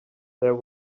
there